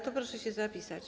To proszę się zapisać.